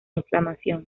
inflamación